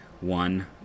One